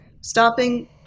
stopping